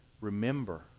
remember